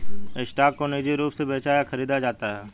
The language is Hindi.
स्टॉक को निजी रूप से बेचा या खरीदा जाता है